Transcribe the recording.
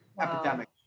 epidemic